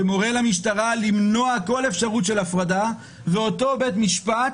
שמורה למשטרה למנוע כל אפשרות של הפרדה ואותו בית משפט